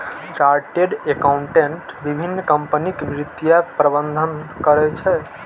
chartered accountant विभिन्न कंपनीक वित्तीय प्रबंधन करै छै